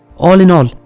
all in all,